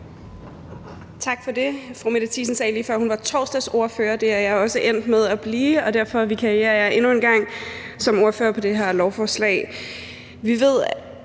Tak for det. Fru Mette Thiesen sagde lige før, at hun var torsdagsordfører. Det er jeg også endt med at blive, og derfor vikarierer jeg endnu en gang som ordfører, og nu på det her lovforslag.